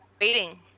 waiting